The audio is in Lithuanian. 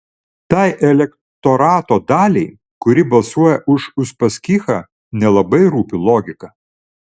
tai elektorato daliai kuri balsuoja už uspaskichą nelabai rūpi logika